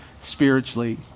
spiritually